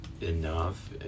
enough